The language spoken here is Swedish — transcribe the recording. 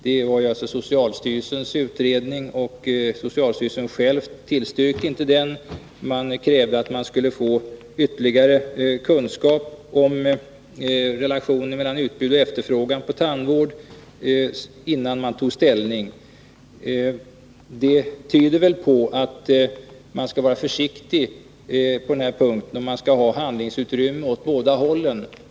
Det var socialstyrelsens utredning, men socialstyrelsen tillstyrkte inte själv denna neddragning utan krävde att få ytterligare kunskap om relationen mellan utbud och efterfrågan på tandvård innan ställning togs. Det tyder väl på att man skall vara försiktig på denna punkt, och man skall ha handlingsutrymme åt båda hållen.